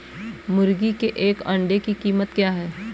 मुर्गी के एक अंडे की कीमत क्या है?